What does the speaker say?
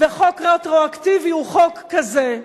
וחוק רטרואקטיבי הוא חוק כזה.